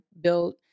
build